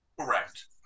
Correct